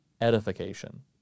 edification